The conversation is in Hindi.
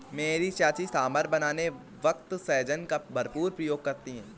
मेरी चाची सांभर बनाने वक्त सहजन का भरपूर प्रयोग करती है